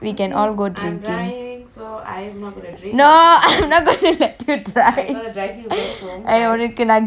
no I'm not going to let you drive நான் உனக்கு ஒரு:naan unaku oru grab book book பண்ணி தண்டுறேன்:panni tanturen